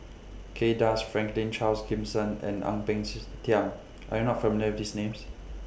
Kay Das Franklin Charles Gimson and Ang Peng sees Tiam Are YOU not familiar with These Names